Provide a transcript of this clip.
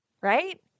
right